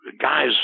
guys